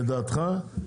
לדעתך,